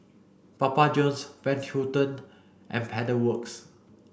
Papa Johns Van Houten and Pedal Works